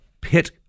pit